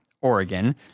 Oregon